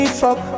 fuck